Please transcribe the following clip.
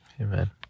amen